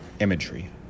imagery